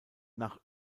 nach